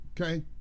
Okay